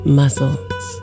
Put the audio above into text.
muscles